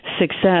success